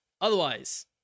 Otherwise